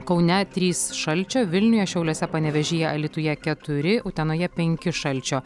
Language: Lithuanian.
kaune trys šalčio vilniuje šiauliuose panevėžyje alytuje keturi utenoje penki šalčio